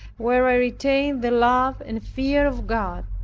where i retained the love and fear of god.